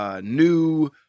new